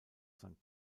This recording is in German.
san